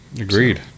Agreed